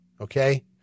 Okay